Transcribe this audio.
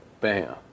bam